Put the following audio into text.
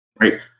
Right